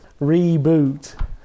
reboot